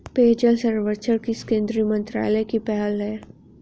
पेयजल सर्वेक्षण किस केंद्रीय मंत्रालय की पहल है?